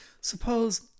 suppose